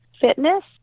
fitness